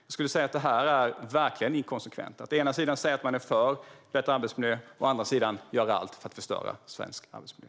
Jag skulle vilja säga att detta verkligen är inkonsekvent: att å ena sidan säga att man är för bättre arbetsmiljö men å andra sidan göra allt för att förstöra svensk arbetsmiljö.